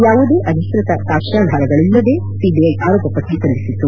ಯಾವುದೇ ಅಧಿಕೃತ ಸಾಕ್ಷ್ಯಾಧಾರಗಳಲ್ಲದೆ ಸಿಬಿಐ ಆರೋಪಟ್ಟಿ ಸಲ್ಲಿಸಿತ್ತು